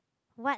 what